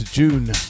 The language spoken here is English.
June